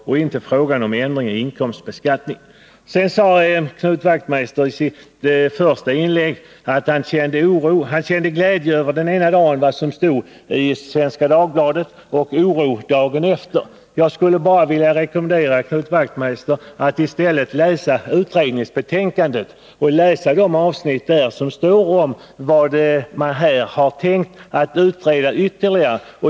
I sitt första inlägg sade Knut Wachtmeister att han den ena dagen kände glädje över vad som stod i Svenska Dagbladet och oro dagen efter. Jag skulle vilja rekommendera Knut Wachtmeister att i stället läsa utredningens betänkande och särskilt avsnitten om vad man tänkt utreda ytterligare.